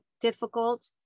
difficult